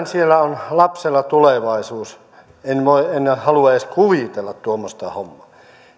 siellä on lapsella tulevaisuus en voi en halua edes kuvitella tuommoista hommaa